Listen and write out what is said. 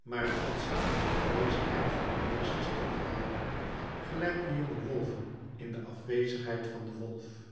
maar het had zich in de afwezigheid van den meester stil gehouden gelijk de jonge wolven in de afwezigheid van den wolf